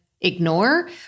ignore